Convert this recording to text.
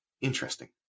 interesting